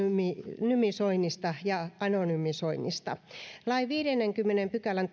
pseudonymisoinnista ja anonymisoinnista lain viidennenkymmenennen pykälän